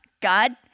God